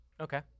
Okay